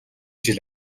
жил